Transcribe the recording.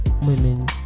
women